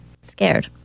scared